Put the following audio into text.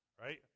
right